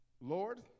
Lord